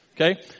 okay